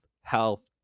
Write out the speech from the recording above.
health